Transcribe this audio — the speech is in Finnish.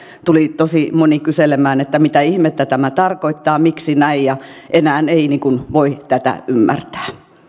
tuli tosi moni kyselemään että mitä ihmettä tämä tarkoittaa miksi näin ja että enää ei voi tätä ymmärtää